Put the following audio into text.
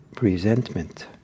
resentment